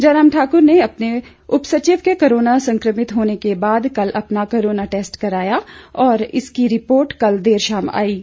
जयराम ठाकुर ने अपने उपसचिव के कोरोना संक्रमित होने के बाद कल अपना कोरोना टैस्ट कराया और जिसकी रिपोर्ट कल देर शाम आई है